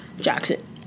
Jackson